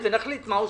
ונחליט מה עושים.